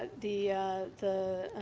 ah the the